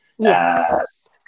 Yes